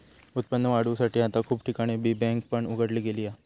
उत्पन्न वाढवुसाठी आता खूप ठिकाणी बी बँक पण उघडली गेली हा